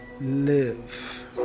live